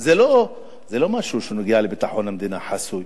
זה לא משהו שנוגע לביטחון המדינה, חסוי,